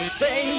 say